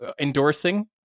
endorsing